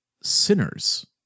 sinners